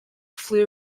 flew